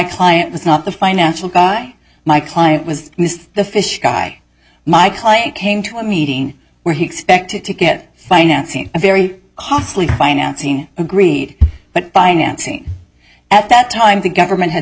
client was not the financial guy my client was miss the fish guy my client came to a meeting where he expected to get financing very costly financing agreed but financing at that time the government had